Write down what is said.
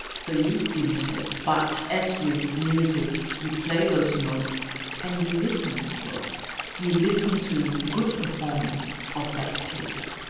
so you imitate. but as with music, you play those notes and you listen as well you listen to good performance of that piece,